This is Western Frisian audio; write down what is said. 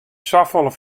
safolle